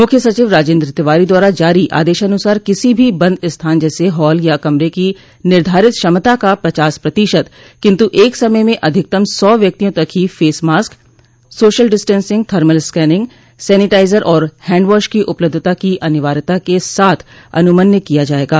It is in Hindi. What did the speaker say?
मुख्य सचिव राजेन्द्र तिवारी द्वारा जारी आदेशाऩसार किसी भी बंद स्थान जैसे हाल या कमरे की निर्धारित क्षमता का पचास प्रतिशत किन्तु एक समय में अधिकतम सौ व्यक्तियों तक ही face mask social distancing thermal scanning sanitizer और हैंडवॉश की उपलब्धता की अनिवार्यता के साथ अनुमन्य किया जायेगा